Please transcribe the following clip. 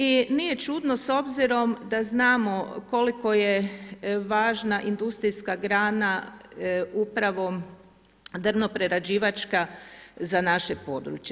I nije čudno, s obzirom da znamo koliko je važna industrijska grana upravo drvno-prerađivačka za naše područje.